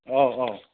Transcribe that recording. औ औ